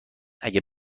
اگه